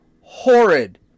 horrid